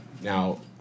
Now